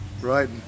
right